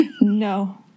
no